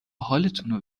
حالتونو